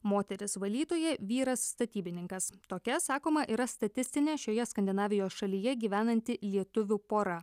moteris valytoja vyras statybininkas tokia sakoma yra statistinė šioje skandinavijos šalyje gyvenanti lietuvių pora